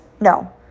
no